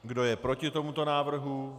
Kdo je proti tomuto návrhu?